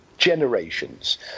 generations